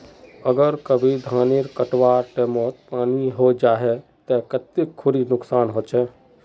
अगर कभी धानेर कटवार टैमोत पानी है जहा ते कते खुरी नुकसान होचए?